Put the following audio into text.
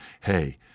hey